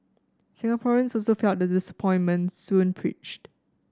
Singaporeans also felt the disappointment soon preached